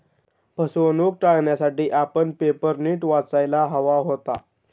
फसवणूक टाळण्यासाठी आपण पेपर नीट वाचायला हवा होता